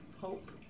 hope